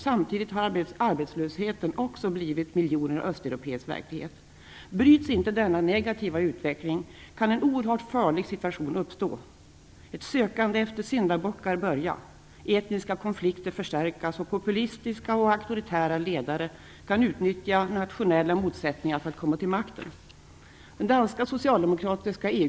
Samtidigt har arbetslösheten också blivit miljoner östeuropéers verklighet. Bryts inte denna negativa utveckling kan en oerhört farlig situation uppstå. Ett sökande efter syndabockar kan börja, etniska konflikter kan förstärkas och populistiska och auktoritära ledare kan utnyttja nationella motsättningar för att komma till makten.